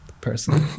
personally